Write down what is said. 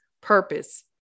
purpose